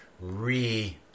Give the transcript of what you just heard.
re